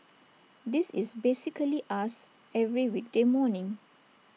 this is basically us every weekday morning